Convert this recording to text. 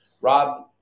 Rob